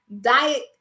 diet